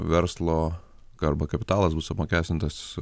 verslo arba kapitalas bus apmokestintas